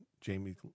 Jamie